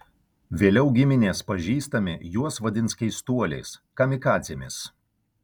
vėliau giminės pažįstami juos vadins keistuoliais kamikadzėmis